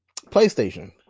PlayStation